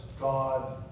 God